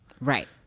Right